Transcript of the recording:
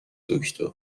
دکتر